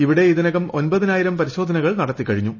ഇവിടെ ഇതിനകം ഒമ്പതിനായിരം പരിശോധ നകൾ നടത്തി കഴിഞ്ഞു